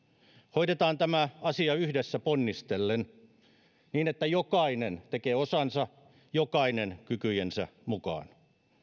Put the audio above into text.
hoidetaan tämä asia yhdessä ponnistellen niin että jokainen tekee osansa jokainen kykyjensä mukaan